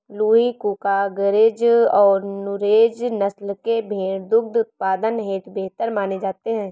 लूही, कूका, गरेज और नुरेज नस्ल के भेंड़ दुग्ध उत्पादन हेतु बेहतर माने जाते हैं